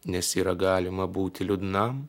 nes yra galima būti liūdnam